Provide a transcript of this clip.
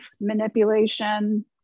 manipulation